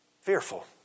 Fearful